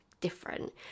different